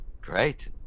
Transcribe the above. great